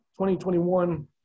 2021